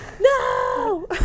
No